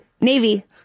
Navy